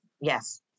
Yes